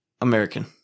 american